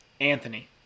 Anthony